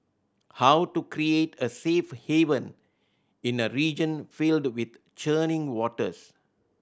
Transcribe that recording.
how to create a safe haven in a region filled with churning waters